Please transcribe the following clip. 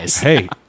Hey